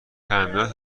تعمیرات